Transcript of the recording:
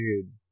Dude